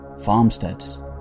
farmsteads